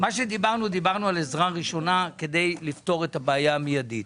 דיברנו על עזרה ראשונה כדי לפתור את הבעיה המיידית.